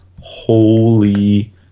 holy